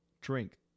drink